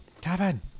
Kevin